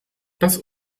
dass